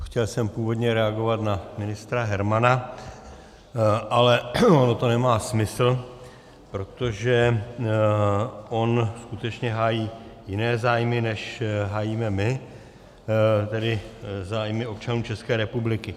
Chtěl jsem původně reagovat na ministra Hermana, ale ono to nemá smysl, protože on skutečně hájí jiné zájmy, než hájíme my, tedy zájmy občanů České republiky.